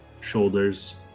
shoulders